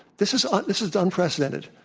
this is ah this is unprecedented.